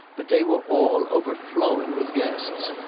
but they were all overflowing with guests.